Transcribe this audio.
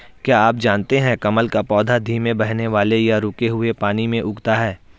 क्या आप जानते है कमल का पौधा धीमे बहने वाले या रुके हुए पानी में उगता है?